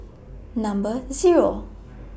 Number Zero